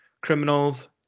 criminals